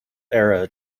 era